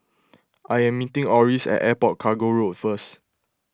I am meeting Orris at Airport Cargo Road first